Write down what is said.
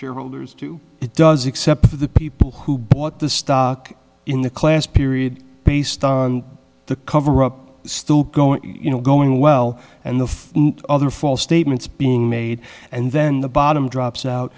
shareholders too it does except for the people who bought the stock in the class period based on the coverup still going you know going well and the other false statements being made and then the bottom drops out